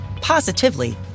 positively